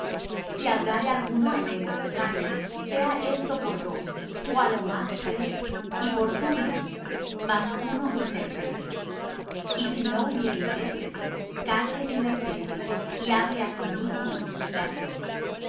si hablare alguno en lengua extraña sea esto por dos ó á lo más tres y por turno mas uno interprete y si no hubiere intérprete calle en la iglesia y hable á sí mismo y